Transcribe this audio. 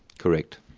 correct.